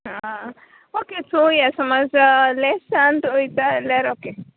आं ओके चोवया सोमोज लॅसांत ओयता जाल्यार ओके